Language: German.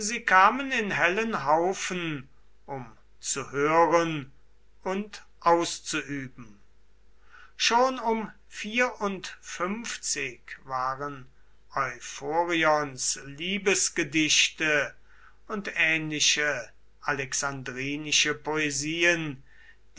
sie kamen in hellen haufen um zu hören und auszuüben schon um waren euphorions liebesgedichte und ähnliche alexandrinische poesien